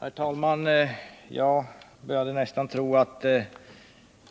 Herr talman! Jag började nästan tro att